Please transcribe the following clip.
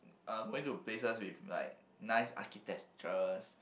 uh went to places with like nice architectures